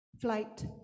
flight